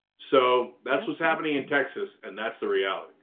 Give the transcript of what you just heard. so that's what's happening in texas and that's the reality.